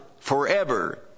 forever